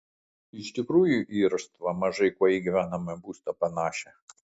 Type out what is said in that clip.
iš tikrųjų į irštvą mažai kuo į gyvenamąjį būstą panašią